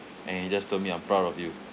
and he just told me I'm proud of you